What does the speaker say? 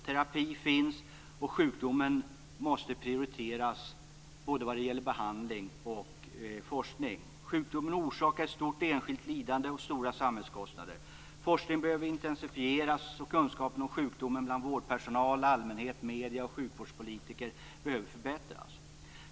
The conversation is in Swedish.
Terapi finns, och sjukdomen måste prioriteras vad gäller både behandling och forskning. Sjukdomen orsakar ett stort enskilt lidande och stora samhällskostnader. Forskningen behöver intensifieras, och kunskaperna om sjukdomen bland vårdpersonal, allmänhet, medier och sjukvårdspolitiker behöver förbättras.